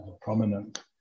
prominent